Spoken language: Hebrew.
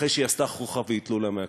אחרי שהיא עשתה חוכא ואטלולא מהכנסת.